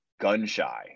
gun-shy